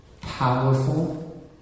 powerful